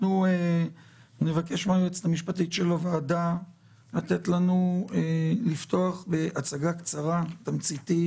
נבקש מהיועצת המשפטית של הוועדה לפתוח בהצגה קצרה ותמציתית,